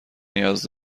نیاز